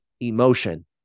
emotion